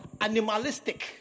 animalistic